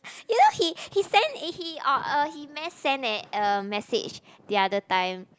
you know he he sent it he or uh he mass sent uh a message the other time